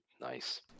Nice